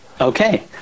Okay